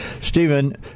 Stephen